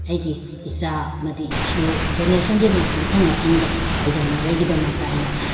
ꯑꯩꯒꯤ ꯏꯆꯥ ꯑꯃꯗꯤ ꯏꯁꯨ ꯖꯦꯅꯦꯔꯦꯁꯟ ꯖꯦꯅꯦꯔꯦꯁꯟ ꯃꯊꯪ ꯃꯊꯪꯗ ꯎꯖꯅꯕꯒꯤꯗꯃꯛꯇ ꯑꯩꯅ